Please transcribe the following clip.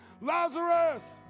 Lazarus